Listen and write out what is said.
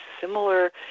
similar